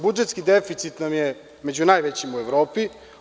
Budžetski deficit nam je među najvećim u Evropi.